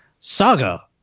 Saga